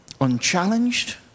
unchallenged